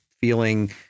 feeling